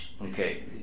Okay